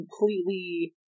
completely